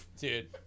Dude